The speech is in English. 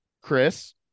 Chris